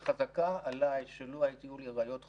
וחזקה עליי שלו היו לי ראיות חותכות,